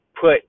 put